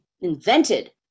invented